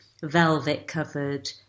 velvet-covered